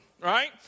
right